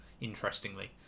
interestingly